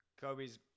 Kobe's